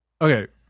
Okay